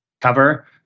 cover